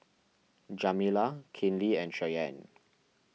Jamila Kinley and Cheyenne